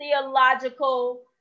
theological